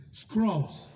scrolls